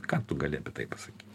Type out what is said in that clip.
ką tu gali apie tai pasakyt